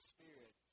Spirit